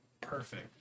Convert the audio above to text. perfect